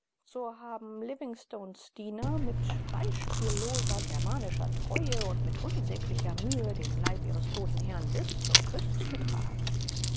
so haben livingstones diener mit beispielloser germanischer treue und mit unsäglicher mühe den leib ihres toten herrn bis zur küste getragen